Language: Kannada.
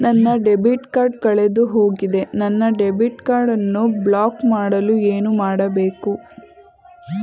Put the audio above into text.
ನನ್ನ ಡೆಬಿಟ್ ಕಾರ್ಡ್ ಕಳೆದುಹೋಗಿದೆ ನನ್ನ ಡೆಬಿಟ್ ಕಾರ್ಡ್ ಅನ್ನು ಬ್ಲಾಕ್ ಮಾಡಲು ಏನು ಮಾಡಬೇಕು?